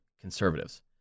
conservatives